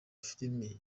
filimi